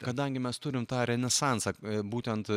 kadangi mes turim tą renesansą būtent